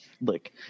look